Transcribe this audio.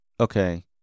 okay